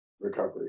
recovery